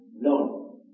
No